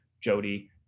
Jody